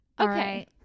Okay